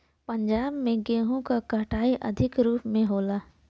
पंजाब में गेंहू क कटाई अधिक रूप में होला